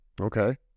Okay